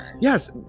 Yes